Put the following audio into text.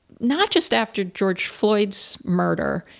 not just after george floyd's murder,